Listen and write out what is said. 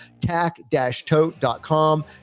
Tack-Tote.com